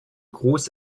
groß